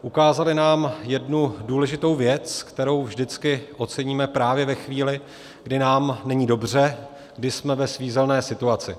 Ukázali nám jednu důležitou věc, kterou vždycky oceníme právě ve chvíli, kdy nám není dobře, kdy jsme ve svízelné situaci.